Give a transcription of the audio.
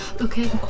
Okay